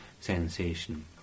sensation